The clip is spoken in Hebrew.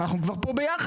אבל אנחנו כבר פה ביחד,